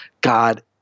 God